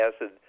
acid